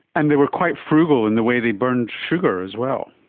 and they were quite frugal in the way they burned sugar as well.